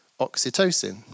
oxytocin